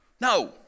No